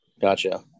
Gotcha